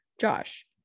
Josh